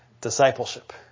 discipleship